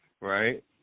right